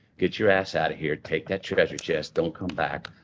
get your ass out of here. take that treasure chest, don't come back.